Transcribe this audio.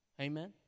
Amen